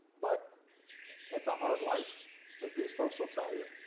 but it's a hard life as these folks will tell you.